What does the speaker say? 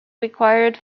required